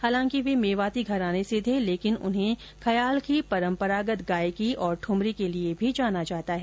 हालांकि वे मेवाती घराने से थे लेकिन उन्हें खयालकी परम्परागत गायकी और ठुमरी के लिए भी जाना जाता है